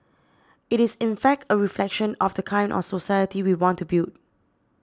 it is in fact a reflection of the kind of society we want to build